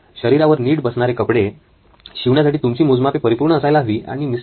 शरीरावर नीट बसणारे कपडे शिवण्यासाठी तुमची मोजमापे परिपूर्ण असायला हवी आणि मिस्टर Mr